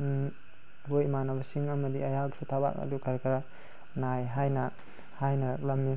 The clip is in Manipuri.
ꯑꯩꯈꯣꯏ ꯏꯃꯥꯟꯅꯕꯁꯤꯡ ꯑꯃꯗꯤ ꯑꯩꯍꯥꯛꯁꯨ ꯊꯕꯥꯛ ꯑꯗꯨ ꯈꯔ ꯈꯔ ꯅꯥꯏ ꯍꯥꯏꯅ ꯍꯥꯏꯅꯔꯛꯂꯝꯃꯤ